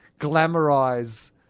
glamorize